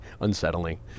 unsettling